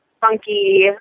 funky